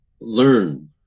learn